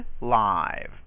live